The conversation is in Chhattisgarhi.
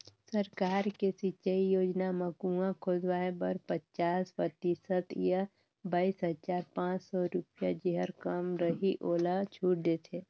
सरकार के सिंचई योजना म कुंआ खोदवाए बर पचास परतिसत य बाइस हजार पाँच सौ रुपिया जेहर कम रहि ओला छूट देथे